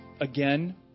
again